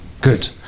Good